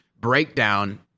breakdown